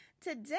Today